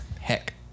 heck